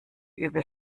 übel